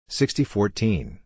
sixty-fourteen